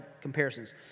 comparisons